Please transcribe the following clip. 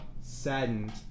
saddened